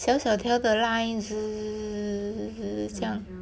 小小条的 line 滋滋这样